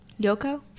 Yoko